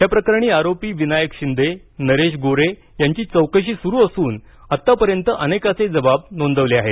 या प्रकरणी आरोपी विनायक शिंदे नरेश गोरे यांची चौकशी सुरू असून आतापर्यंत अनेकांचे जबाब नोंदवले आहेत